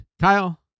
Kyle